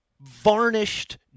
varnished